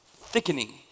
thickening